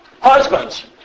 Husbands